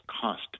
cost